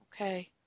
Okay